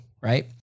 right